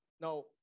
Now